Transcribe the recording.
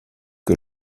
que